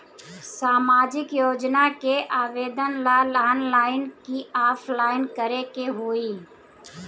सामाजिक योजना के आवेदन ला ऑनलाइन कि ऑफलाइन करे के होई?